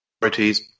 priorities